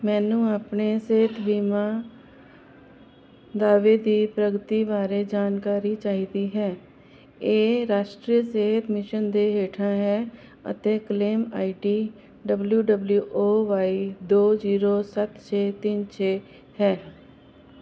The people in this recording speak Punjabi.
ਮੈਨੂੰ ਆਪਣੇ ਸਿਹਤ ਬੀਮਾ ਦਾਅਵੇ ਦੀ ਪ੍ਰਗਤੀ ਬਾਰੇ ਜਾਣਕਾਰੀ ਚਾਹੀਦੀ ਹੈ ਇਹ ਰਾਸ਼ਟਰੀ ਸਿਹਤ ਮਿਸ਼ਨ ਦੇ ਹੇਠਾਂ ਹੈ ਅਤੇ claim I D W W O Y ਦੋ ਜੀਰੋ ਸੱਤ ਛੇ ਤਿੰਨ ਛੇ ਹੈ